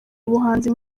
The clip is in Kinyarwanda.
ubuhanzi